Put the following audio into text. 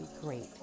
great